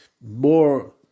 more